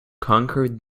conquer